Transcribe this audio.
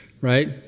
right